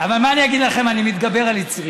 אבל מה אני אגיד לכם, אני מתגבר על יצרי.